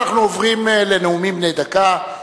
אנחנו עוברים לנאומים בני דקה,